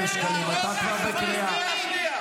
להרוג מחבלים ולהכניע.